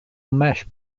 mesh